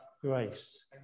grace